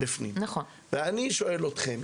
אני שואל אתכם,